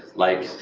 like